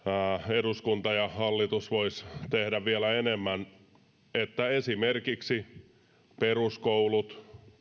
eduskunta ja hallitus voisivat tehdä vielä enemmän että esimerkiksi peruskouluja